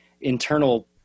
internal